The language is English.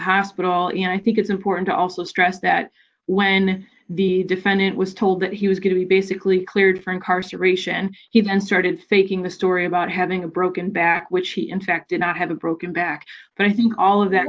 hospital and i think it's important to also stress that when the defendant was told that he was going to be basically cleared for incarceration he then started faking the story about having a broken back which he in fact did not have a broken back and i think all of that